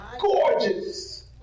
Gorgeous